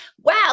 wow